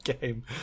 game